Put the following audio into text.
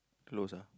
close ah